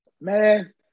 Man